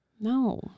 No